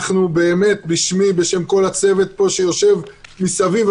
באמת בשמי ובשם כל הצוות פה שיושב מסביב,